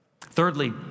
Thirdly